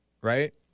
right